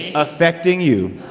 you. affecting you?